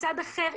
מצד אחד,